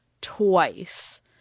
twice